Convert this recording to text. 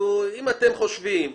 זה לטובת האזרחים.